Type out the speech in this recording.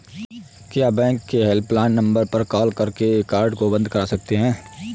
क्या बैंक के helpline number पर कॉल करके कार्ड को बंद करा सकते हैं?